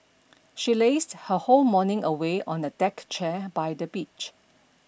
she lazed her whole morning away on a deck chair by the beach